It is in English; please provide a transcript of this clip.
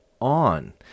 on